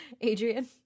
Adrian